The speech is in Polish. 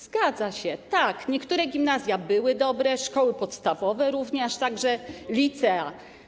Zgadza się, tak, niektóre gimnazja były dobre, szkoły podstawowe również, a także licea.